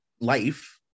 life